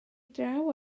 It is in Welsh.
draw